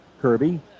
Kirby